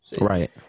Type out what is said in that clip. right